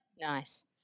Nice